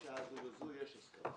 וכך בשעה זו וזו, יש הסכם.